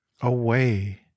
away